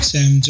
Sam